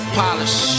polish